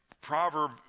proverb